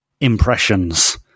impressions